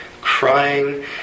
crying